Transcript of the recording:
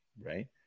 right